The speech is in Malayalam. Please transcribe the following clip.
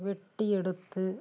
വെട്ടിയെടുത്ത്